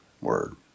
Word